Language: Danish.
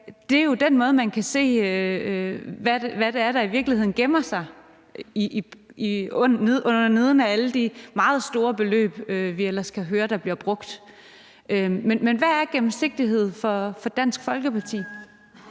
Det er jo den måde, man kan se, hvad det er, der i virkeligheden gemmer sig nede under alle de meget store beløb, vi ellers kan høre der bliver brugt. Men hvad er gennemsigtighed for Dansk Folkeparti?